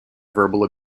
verbal